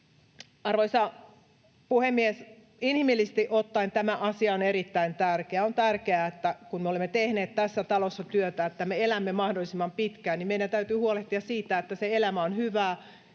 Arvoisa puhemies! Inhimillisesti ottaen tämä asia on erittäin tärkeä. On tärkeää, että kun me olemme tehneet tässä talossa työtä sen eteen, että me elämme mahdollisimman pitkään, niin meidän täytyy huolehtia siitä, että se elämä on hyvää